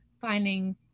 finding